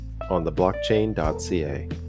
OnTheBlockchain.ca